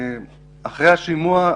אחרי השימוע,